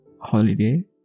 holiday